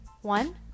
One